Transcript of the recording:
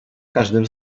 każdym